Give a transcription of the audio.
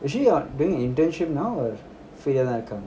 is she on doing her internship now or free ah தான் இருக்காங்களா:thaan irukkankala